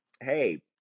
hey